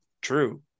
True